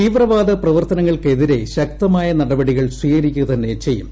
തീവ്രവാദപ്രവർത്തനങ്ങൾക്കെതിരെ ശക്തമായ നടപടികൾ സ്വീകരിക്കുക തന്നെ ചെയ്യും